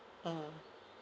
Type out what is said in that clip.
mmhmm